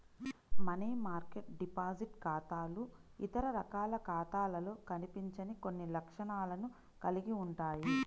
money market deposit ఖాతాలు ఇతర రకాల ఖాతాలలో కనిపించని కొన్ని లక్షణాలను కలిగి ఉంటాయి